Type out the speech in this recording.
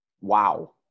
Wow